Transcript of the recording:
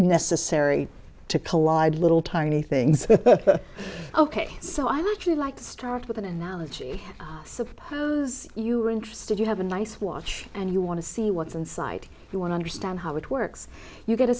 necessary to collide little tiny things ok so i actually like to start with an analogy suppose you are interested you have a nice watch and you want to see what's inside you want to understand how it works you get a